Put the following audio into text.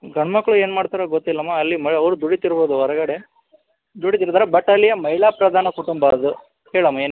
ಗಂಡುಮಕ್ಳು ಏನು ಮಾಡ್ತಾರೋ ಗೊತ್ತಿಲಮ್ಮ ಅಲ್ಲಿ ಅವ್ರು ದುಡಿತಿರ್ಬೌದು ಹೊರ್ಗಡೆ ದುಡಿತಿರ್ತಾರೆ ಬಟ್ ಅಲ್ಲಿ ಮಹಿಳಾ ಪ್ರಧಾನ ಕುಟುಂಬ ಅದು ಹೇಳಮ್ಮ ಏನು